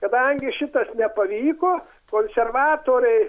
kadangi šitas nepavyko konservatoriai